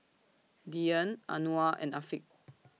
Dian Anuar and Afiq